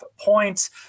points